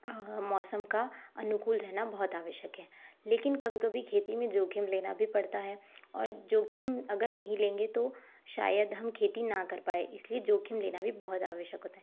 मौसम का अनुकूल रहना बहुत आवश्यक है लेकिन कभी कभी खेती में जोखिम लेना भी पड़ता है और जोखिम अगर नहीं लेंगे तो शायद हम खेती ना कर पाएं इसलिए जोखिम लेना भी बहुत आवश्यक है